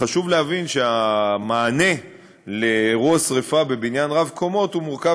חשוב להבין שהמענה לאירוע שרפה בבניין רב-קומות מורכב